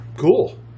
Cool